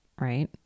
right